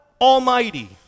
Almighty